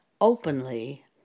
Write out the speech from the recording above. openly